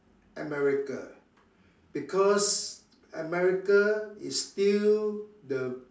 America because America is still the